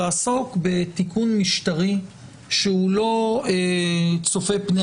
לעסוק בתיקון משטרי שהוא לא צופה פני